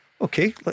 Okay